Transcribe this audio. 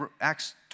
Acts